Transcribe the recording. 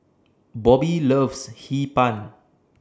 Bobbi loves Hee Pan